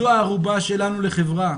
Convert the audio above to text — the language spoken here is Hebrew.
זו הערובה שלנו לחברה.